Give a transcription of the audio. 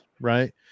right